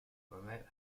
remote